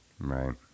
Right